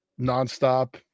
nonstop